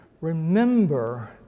remember